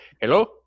hello